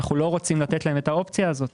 ואנחנו לא רוצים לתת להם את האופציה הזאת.